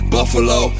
Buffalo